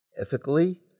ethically